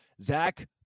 Zach